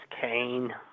Kane